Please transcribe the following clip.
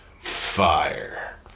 fire